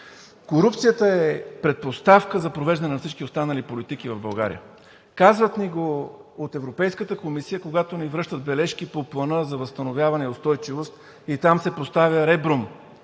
Корупцията е предпоставка за провеждането на всички останали политики в България. Казват ни го от Европейската комисия, когато ни връщат бележки по Плана за възстановяване и устойчивост – там се поставя ребром